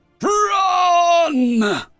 RUN